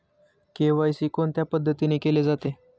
KYC कोणत्या पद्धतीने केले जाते?